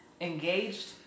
engaged